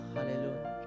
Hallelujah